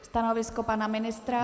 Stanovisko pana ministra?